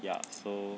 ya so